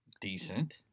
decent